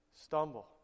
stumble